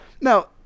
Now